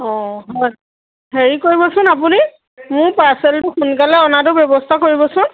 অ হয় হেৰি কৰিবচোন আপুনি মোৰ পাৰ্চেলটো সোনকালে অনাটো ব্যৱস্থা কৰিবচোন